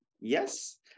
Yes